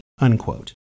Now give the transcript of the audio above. unquote